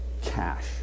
cash